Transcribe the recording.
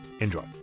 enjoy